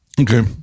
Okay